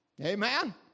Amen